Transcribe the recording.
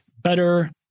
better